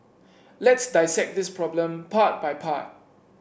let's dissect this problem part by part